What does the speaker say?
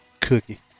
Cookie